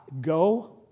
go